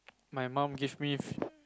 my mum gave me